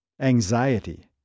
anxiety